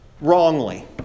wrongly